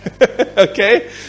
Okay